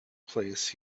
place